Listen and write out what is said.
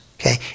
Okay